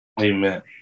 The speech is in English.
Amen